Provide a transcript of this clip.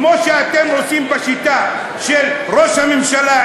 כמו שאתם עושים בשיטה של ראש הממשלה,